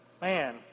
man